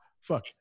Fuck